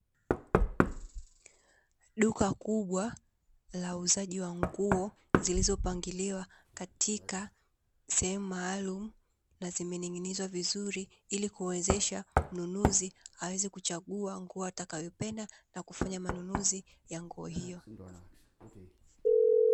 Duka kubwa la uuzaji wa nguo zilizopangiliwa katika sehemu maalumu na zimening'inizwa vizuri, ili kumwezesha mnunuzi aweze kuchagua nguo atakayopenda na kufanya manunuzi ya nguo hiyo.